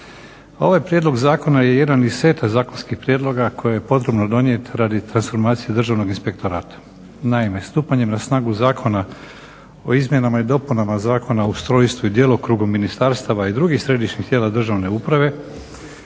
Ovaj prijedlog zakona je jedan iz seta zakonskih prijedloga koje je potrebno donijeti radi transformacije Državnog inspektorata. Naime, stupanjem na snagu Zakona o izmjenama i dopunama Zakona o ustrojstvu i djelokrugu ministarstava i drugih središnjih tijela državne uprave,